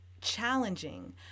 challenging